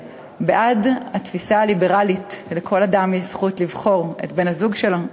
בעד התפיסה הליברלית שלכל אדם יש זכות לבחור את בן-הזוג שלו,